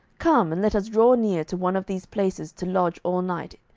come, and let us draw near to one of these places to lodge all night,